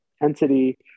intensity